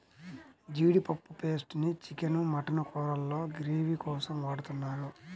జీడిపప్పు పేస్ట్ ని chicken, mutton కూరల్లో గ్రేవీ కోసం వాడుతున్నారు